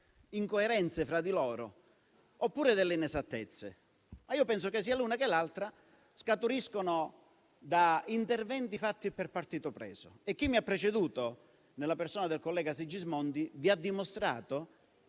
incoerenze fra di loro oppure delle inesattezze; ma io penso che sia le une che le altre scaturiscano da interventi fatti per partito preso. Chi mi ha preceduto, nella persona del collega Sigismondi, vi ha dimostrato